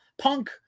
punk